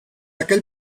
aquel